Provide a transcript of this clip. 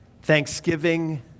Thanksgiving